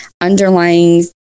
underlying